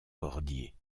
cordier